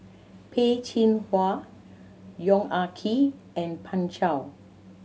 Peh Chin Hua Yong Ah Kee and Pan Shou